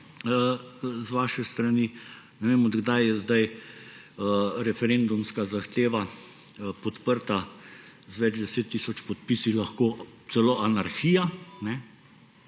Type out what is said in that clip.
z vaše strani. Ne vem, od kdaj je sedaj referendumska zahteva, podprta z več 10 tisoč podpisi, lahko celo anarhija. Ne